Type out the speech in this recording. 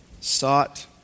sought